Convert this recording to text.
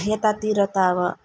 यतातिर त अब